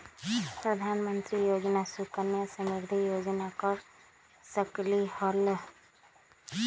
प्रधानमंत्री योजना सुकन्या समृद्धि योजना कर सकलीहल?